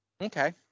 Okay